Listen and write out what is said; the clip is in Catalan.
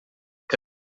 que